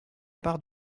part